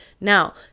Now